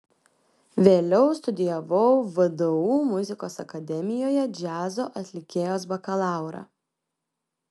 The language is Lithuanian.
vėliau studijavau vdu muzikos akademijoje džiazo atlikėjos bakalaurą